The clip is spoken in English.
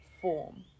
form